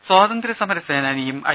രുമ സ്വാതന്ത്ര്യസമര സേനാനിയും ഐ